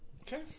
Okay